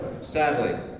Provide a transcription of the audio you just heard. Sadly